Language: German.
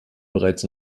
bereits